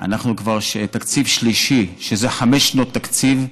אנחנו כבר בתקציב שלישי, וזה חמש שנות תקציב: